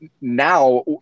Now